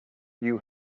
you